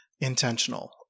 intentional